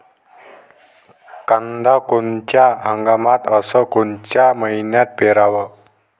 कांद्या कोनच्या हंगामात अस कोनच्या मईन्यात पेरावं?